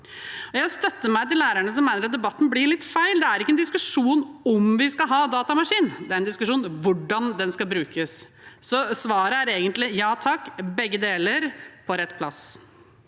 Jeg støtter meg til de lærerne som mener debatten blir litt feil. Dette er ingen diskusjon om hvorvidt vi skal ha datamaskin; det er en diskusjon om hvordan den skal brukes. Så svaret er egentlig ja takk, begge deler, på rett plass.